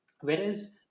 Whereas